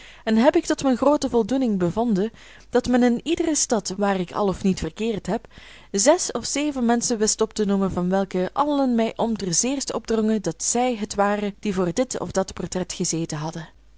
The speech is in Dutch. en heb ik tot mijne groote voldoening bevonden dat men in iedere stad waar ik al of niet verkeerd heb zes of zeven menschen wist op te noemen van welke allen men mij om t zeerst opdrong dat zij het waren die voor dit of dat portret gezeten hadden